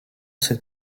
cette